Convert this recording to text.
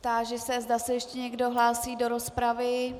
Táži se, zda se ještě někdo hlásí do rozpravy.